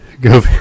Go